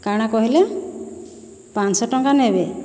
କାଣା କହିଲେ ପାଁଶହ ଟଙ୍କା ନେବେ